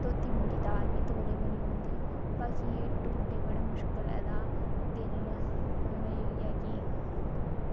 धोती मुंगी दाल बी तौले बनी जंदी बाकी एह् ढोडे बड़ा मुश्कल लगदा ते जियां हून एह् होइया कि